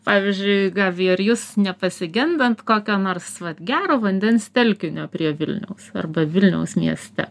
pavyzdžiui gabija ar jūs nepasigendat kokio nors vat gero vandens telkinio prie vilniaus va vilniaus mieste